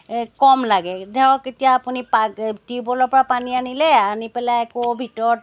এই কম লাগে ধৰক এতিয়া আপুনি পাক এই টিউবৱেলৰ পৰা পানী আনিলে আনি পেলাই আকৌ ভিতৰত